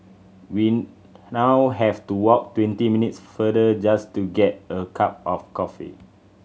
we now have to walk twenty minutes further just to get a cup of coffee